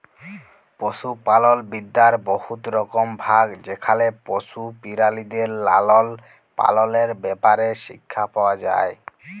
পশুপালল বিদ্যার বহুত রকম ভাগ যেখালে পশু পেরালিদের লালল পাললের ব্যাপারে শিখ্খা পাউয়া যায়